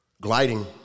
gliding